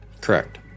Correct